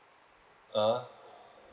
ah